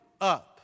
up